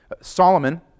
Solomon